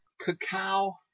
Cacao